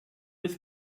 des